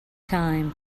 time